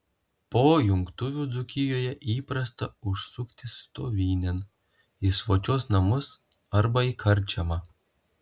po jungtuvių dzūkijoje įprasta užsukti stovynėn į svočios namus arba į karčiamą